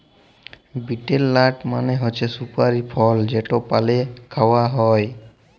betel nut মালে হছে সুপারি ফল যেট পালে খাউয়া হ্যয়